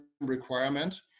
requirement